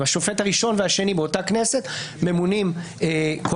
שהשופט הראשון והשני באותה כנסת ממונים קואליציונית.